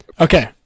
Okay